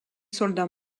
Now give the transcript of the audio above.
soldats